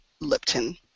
Lipton